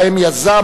שבהן יזם,